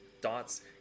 dots